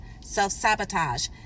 Self-sabotage